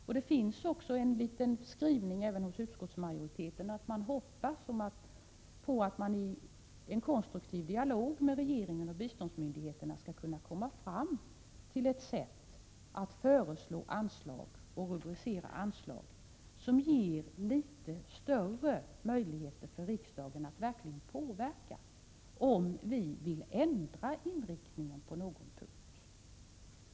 Även utskottsmajoriteten har en liten skrivning om att man hoppas att man i en konstruktiv dialog med regeringen och biståndsmyndigheterna skall kunna komma fram till ett sätt att föreslå och rubricera anslag, ett sätt som ger litet större möjligheter för riksdagen att verkligen påverka, om vi vill ändra inriktningen på någon punkt.